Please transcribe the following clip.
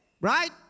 Right